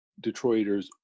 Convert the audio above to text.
Detroiters